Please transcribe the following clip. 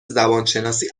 زبانشناسی